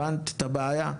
הבנת את הבעיה?